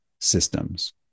systems